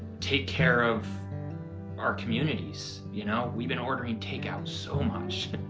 take care of our communities, you know we've been ordering takeout so much,